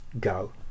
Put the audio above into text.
go